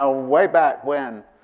ah way back when,